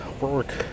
work